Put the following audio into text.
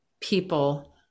people